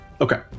Okay